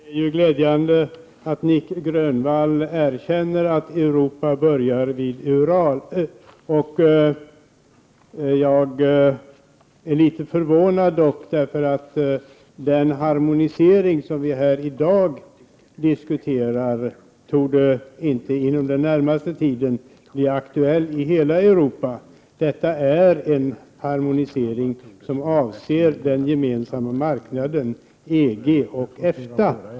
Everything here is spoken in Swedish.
Herr talman! Det är glädjande att Nic Grönvall erkänner att Europa börjar vid Ural. Jag är litet förvånad, eftersom den harmonisering som vi i dag diskuterar inte inom den närmaste tiden torde bli aktuell i hela Europa. Det är fråga om en harmonisering som avser den gemensamma marknaden, EG och EFTA.